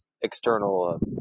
external